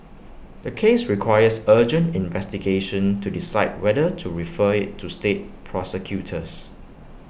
the case requires urgent investigation to decide whether to refer IT to state prosecutors